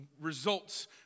results